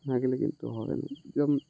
না গেলে কিন্ত হবে না এরম